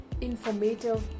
informative